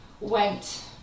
went